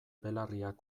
belarriak